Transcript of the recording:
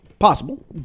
Possible